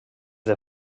del